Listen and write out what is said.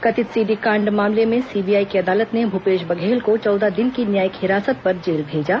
कथित सीडी कांड मामले में सीबीआई की अदालत ने भूपेश बघेल को चौदह दिन की न्यायिक हिरासत पर जेल भेजा